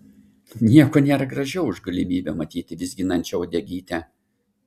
nieko nėra gražiau už galimybę matyti vizginančią uodegytę